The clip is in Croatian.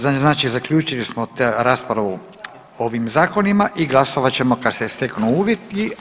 Znači zaključili smo raspravu o ovim zakonima i glasovat ćemo kad se steknu uvjeti.